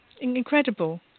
incredible